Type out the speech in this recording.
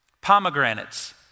Pomegranates